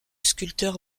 sculpteur